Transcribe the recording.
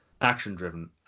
action-driven